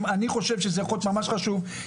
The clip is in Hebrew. אני חושב שזה ממש חשוב.